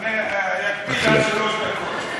אקפיד על שלוש דקות.